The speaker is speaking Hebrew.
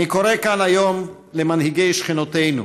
אני קורא מכאן היום למנהיגי שכנותינו: